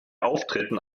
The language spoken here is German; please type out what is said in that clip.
auftritten